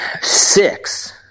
Six